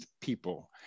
people